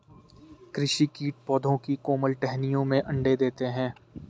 कृषि कीट पौधों की कोमल टहनियों में अंडे देते है